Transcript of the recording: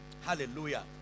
Hallelujah